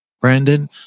Brandon